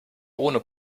ohne